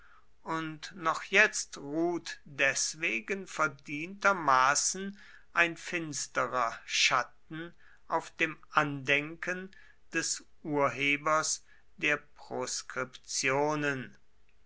und noch jetzt ruht deswegen verdientermaßen ein finsterer schatten auf dem andenken des urhebers der